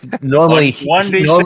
normally